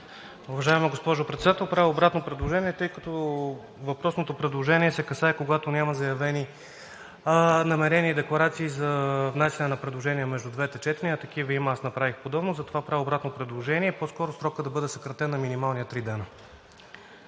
Уважаема госпожо Председател, правя обратно предложение, тъй като въпросното предложение касае, когато няма заявени намерения и декларации за внасяне на предложение между двете четения, а такива има. Аз направих подобно – затова правя обратно предложение, по-скоро срокът да бъде съкратен на минималния – три дни.